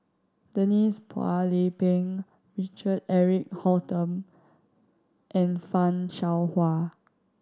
Denise Phua Lay Peng Richard Eric Holttum and Fan Shao Hua